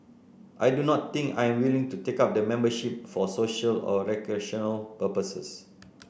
I do not think I am willing to take up the membership for social or recreational purposes